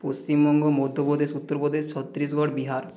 Paschimbanga Madhya Pradesh Uttar Pradesh Chhattisgarh Bihar